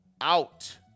out